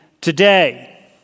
today